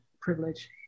privilege